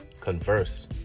converse